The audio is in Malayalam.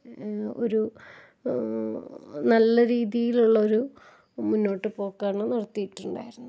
ഒരു നല്ല രീതിയിലുള്ളൊരു മുന്നോട്ട് പോക്കാണ് നിര്ത്തിയിട്ടുണ്ടായിരുന്നത്